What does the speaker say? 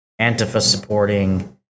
Antifa-supporting